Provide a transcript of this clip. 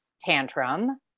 tantrum